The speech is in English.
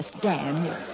Dan